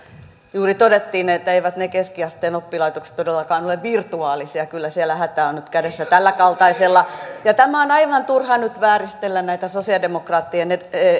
juuri todettiin että eivät ne keskiasteen oppilaitokset todellakaan ole virtuaalisia kyllä siellä hätä on on nyt kädessä tämän kaltaisella ja on aivan turhaa nyt vääristellä näitä sosialidemokraattien